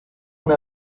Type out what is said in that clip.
una